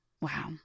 Wow